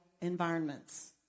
environments